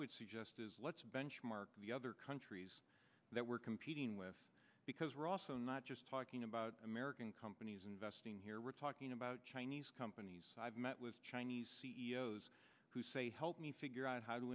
would suggest is let's benchmark the other countries that we're competing with because we're also not just talking about american companies investing here we're talking about chinese companies i've met with chinese c e o s who say help me figure out how to